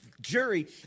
jury